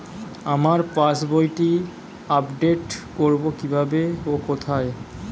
আমার পাস বইটি আপ্ডেট কোরবো কীভাবে ও কোথায়?